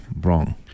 wrong